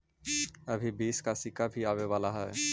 अभी बीस का सिक्का भी आवे वाला हई